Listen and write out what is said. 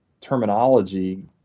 terminology